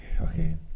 Okay